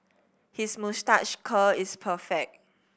his moustache curl is perfect